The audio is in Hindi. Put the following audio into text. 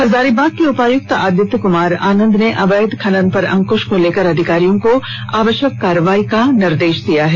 हजारीबाग के उपायुक्त आदित्य कुमार आनंद ने अवैध खनन पर अंकुष को लेकर अधिकारियों को आवष्यक कार्रवाई का निर्देष दिया है